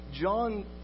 John